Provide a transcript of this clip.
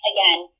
Again